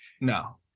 no